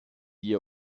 ihr